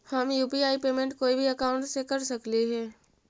हम UPI payment कोई भी अकाउंट से कर सकली हे?